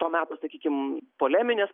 to meto sakykim poleminės